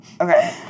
Okay